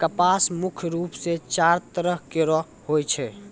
कपास मुख्य रूप सें चार तरह केरो होय छै